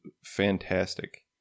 fantastic